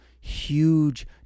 Huge